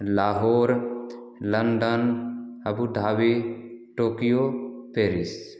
Lahore London Abu Dhabi Tokyo Paris